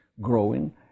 growing